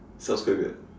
sounds quite weird